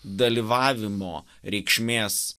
dalyvavimo reikšmės